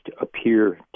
appear